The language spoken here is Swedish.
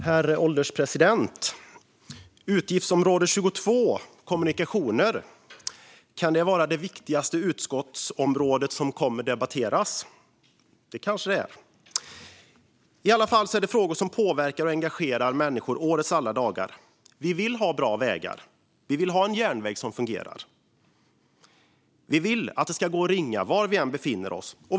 Herr ålderspresident! Utgiftsområde 22 Kommunikationer - kan det vara det viktigaste utgiftsområdet som kommer att debatteras? Det kanske det är. I alla fall är det frågor som påverkar och engagerar människor årets alla dagar. Vi vill ha bra vägar, en järnväg som fungerar och att det ska gå att ringa var vi än befinner oss.